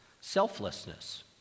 selflessness